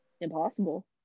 impossible